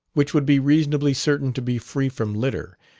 which would be reasonably certain to be free from litter,